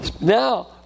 Now